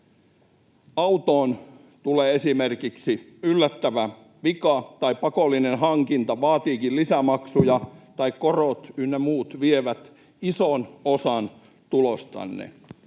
autoon tulee esimerkiksi yllättävä vika tai pakollinen hankinta vaatiikin lisämaksuja tai korot ynnä muut vievät ison osan tuloistanne?